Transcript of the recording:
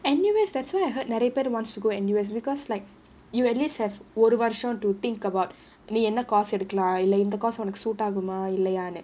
N_U_S that's why I heard நிறைய பேரு:neraiya paeru wants to go N_U_S because like you at least have ஒரு வருஷம்:oru varusham to think about நீ என்ன:nee enna course எடுக்கலாம் இல்ல இந்த:edukalaam illa intha course உனக்கு:unakku suit ஆகுமா இல்லையானு:aagumaa illaiyaanu